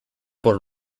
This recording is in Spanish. por